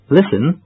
Listen